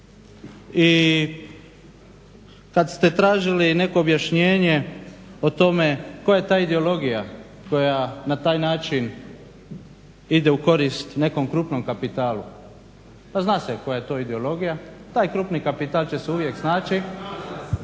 I kad ste tražili neko objašnjenje o tome koja je ta ideologija koja na taj način ide u korist nekom krupnom kapitalu, pa zna se koja je to ideologija. Taj krupni kapital će se uvijek snaći,